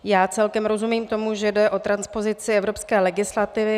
Já celkem rozumím tomu, že jde o transpozici evropské legislativy.